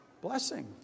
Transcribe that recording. blessing